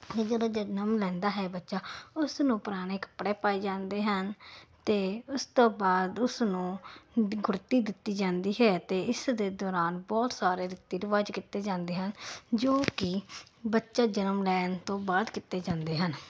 ਜਦੋਂ ਜਨਮ ਲੈਂਦਾ ਹੈ ਬੱਚਾ ਉਸ ਨੂੰ ਪੁਰਾਣੇ ਕੱਪੜੇ ਪਾਏ ਜਾਂਦੇ ਹਨ ਅਤੇ ਉਸ ਤੋਂ ਬਾਅਦ ਉਸ ਨੂੰ ਗੁੜਤੀ ਦਿੱਤੀ ਜਾਂਦੀ ਹੈ ਅਤੇ ਇਸ ਦੇ ਦੌਰਾਨ ਬਹੁਤ ਸਾਰੇ ਰੀਤੀ ਰਿਵਾਜ਼ ਕੀਤੇ ਜਾਂਦੇ ਹਨ ਜੋ ਕਿ ਬੱਚਾ ਜਨਮ ਲੈਣ ਤੋਂ ਬਾਅਦ ਕੀਤੇ ਜਾਂਦੇ ਹਨ